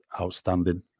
outstanding